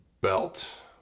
Belt